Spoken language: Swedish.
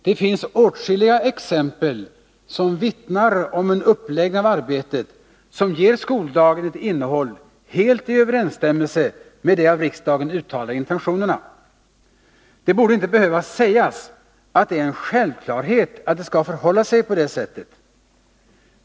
Det finns åtskilliga exempel som vittnar om en uppläggning av arbetet som ger skoldagen ett innehåll helt i överensstämmelse med de av riksdagen uttalade intentionerna. Det borde inte behöva sägas att det är en självklarhet att det skall förhålla sig på det viset.